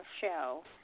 show